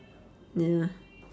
ya